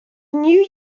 knew